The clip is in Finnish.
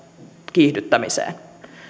kiihdyttämiseen